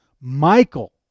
Michael